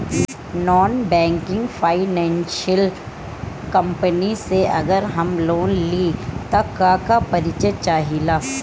Non banking financial company से अगर हम लोन लि त का का परिचय चाहे ला?